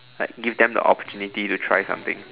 like give them the opportunity to try something